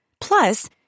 Plus